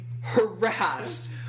harassed